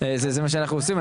זה מה שאנחנו עושים,